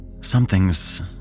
Something's